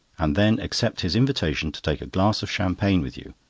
and then accept his invitation to take a glass of champagne with you,